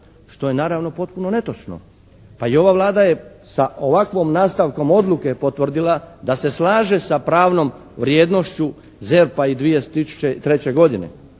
što je naravno potpuno netočno. Pa i ova Vlada je sa ovakvom nastavkom odluke potvrdila da se slaže sa pravnom vrijednošću ZERP-a iz 2003. godine.